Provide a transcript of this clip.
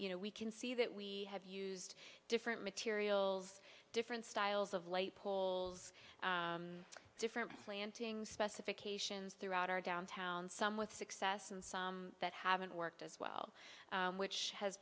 you know we can see that we have used different materials different styles of light poles different plantings specifications throughout our downtown some with success and some that haven't worked as well which has